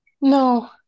No